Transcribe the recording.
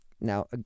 Now